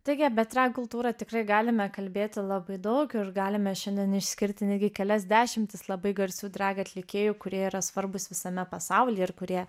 taigi apie drag kultūrą tikrai galime kalbėti labai daug ir galime šiandien išskirti netgi kelias dešimtis labai garsių drag atlikėjų kurie yra svarbūs visame pasauly ir kurie